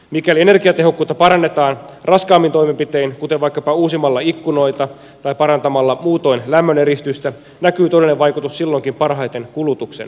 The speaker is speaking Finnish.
mikäli energiatehokkuutta parannetaan raskaammin toimenpitein kuten vaikkapa uusimalla ikkunoita tai parantamalla muutoin lämmöneristystä näkyy todellinen vaikutus silloinkin parhaiten kulutuksen muutoksena